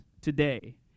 today